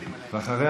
ואחריה,